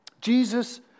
Jesus